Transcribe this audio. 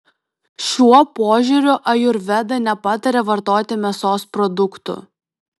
šiuo požiūriu ajurveda nepataria vartoti mėsos produktų